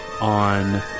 on